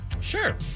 Sure